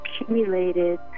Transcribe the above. accumulated